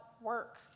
work